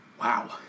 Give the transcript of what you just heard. Wow